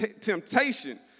Temptation